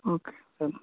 okay sir